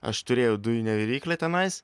aš turėjau dujinę viryklę tenais